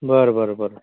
बरं बरं बरं